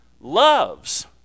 Loves